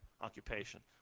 occupation